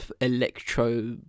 electro